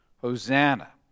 Hosanna